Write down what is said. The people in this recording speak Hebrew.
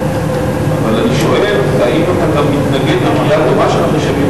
אבל אני שואל אם אתה גם מתנגד לקריאה דומה של התושבים,